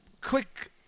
Quick